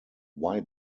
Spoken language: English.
why